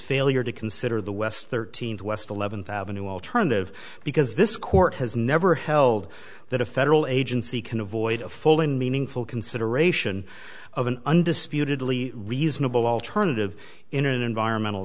failure to consider the west thirteenth west eleventh avenue alternative because this court has never held that a federal agency can avoid a full and meaningful consideration of an undisputedly reasonable alternative in an environmental